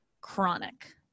chronic